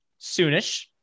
soonish